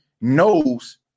knows